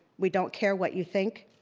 we don't care what you think.